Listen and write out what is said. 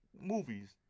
movies